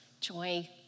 Joy